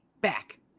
back